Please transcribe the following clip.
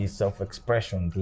self-expression